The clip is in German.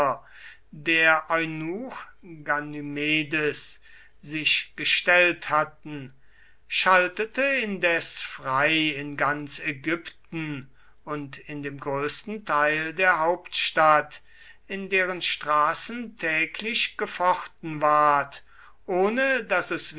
der eunuch ganymedes sich gestellt hatten schaltete indes frei in ganz ägypten und in dem größten teil der hauptstadt in deren straßen täglich gefochten ward ohne daß es